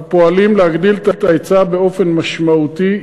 אנחנו פועלים להגדיל את ההיצע באופן משמעותי.